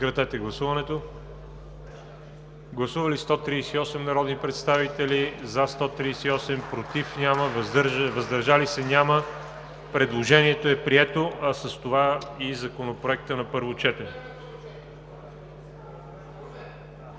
четене. Гласували 138 народни представители: за 138, против и въздържали се няма. Предложението е прието, а с това и Законопроектът на първо четене.